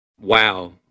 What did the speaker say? wow